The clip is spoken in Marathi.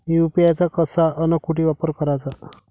यू.पी.आय चा कसा अन कुटी वापर कराचा?